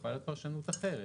היא יכולה פרשנות אחרת.